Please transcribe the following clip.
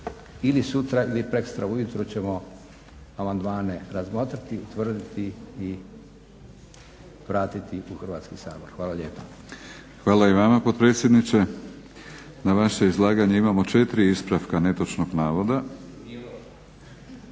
ili sutra ili preksutra ujutro ćemo amandmane razmotriti i utvrditi i vratiti ih u Hrvatski sabor. Hvala lijepa. **Batinić, Milorad (HNS)** Na vaše izlaganje imamo 4 ispravka netočnih navoda.